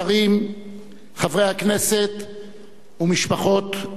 חברי הכנסת ומשפחות קורבנות מינכן,